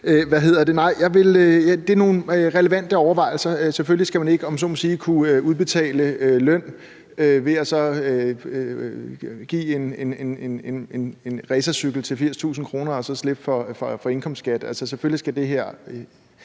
det er nogle relevante overvejelser. Selvfølgelig skal man ikke, om jeg så må sige, kunne udbetale løn ved så at give en racercykel til 80.000 kr. og så slippe for at